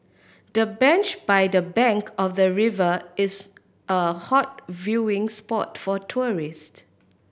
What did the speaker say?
the bench by the bank of the river is a hot viewing spot for tourist